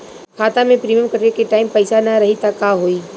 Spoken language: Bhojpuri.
खाता मे प्रीमियम कटे के टाइम पैसा ना रही त का होई?